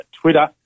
Twitter